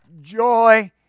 joy